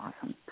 awesome